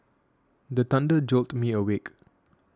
the thunder jolt me awake